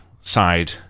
side